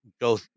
go